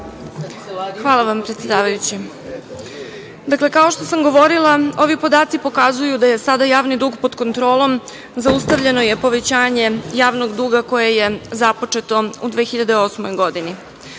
Hvala vam, predsedavajući. Dakle, kao što sam govorila, ovi podaci pokazuju da je sada javni dug pod kontrolom. Zaustavljeno je povećanje javnog duga koje je započeto u 2008. godini. Srbija